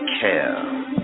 care